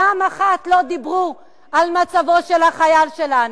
פעם אחת לא דיברו על מצבו של החייל שלנו.